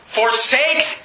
forsakes